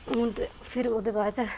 हून ते फिर ओहदे बाद च